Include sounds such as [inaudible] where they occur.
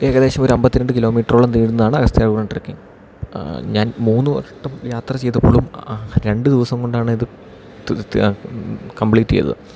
ഏകദേശം ഒരു അമ്പത്തിരണ്ട് കിലോമീറ്ററോളം നീളുന്നതാണ് അഗസ്ത്യാർകൂടം ട്രക്കിങ് ഞാൻ മൂന്ന് വട്ടം യാത്ര ചെയ്തപ്പോളും രണ്ട് ദിവസം കൊണ്ടാണ് ഇത് [unintelligible] കംപ്ലീറ്റ് ചെയ്തത്